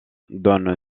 donne